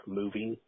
moving